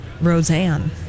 Roseanne